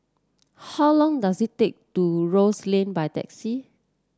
how long does it take to Rose Lane by taxi